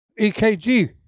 EKG